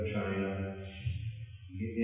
China